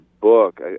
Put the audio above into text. book